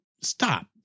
stop